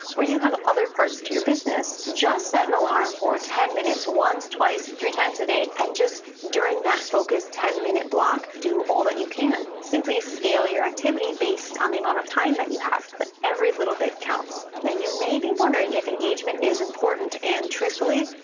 or you have other parts to your business, just set an alarm for ten minutes, once, twice, three times a day, and just during that focused ten minute block, do all that you can. simply scale your activity based on the amount of time that you have, but every little bit counts. now, you may be wondering if engagement is important, and truthfully,